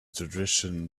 tradition